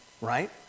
right